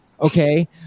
Okay